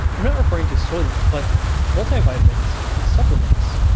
i'm not referring to soylent, but multivitamins and supplements.